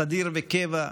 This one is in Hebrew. סדיר וקבע,